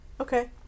Okay